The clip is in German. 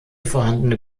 vorhandene